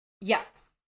Yes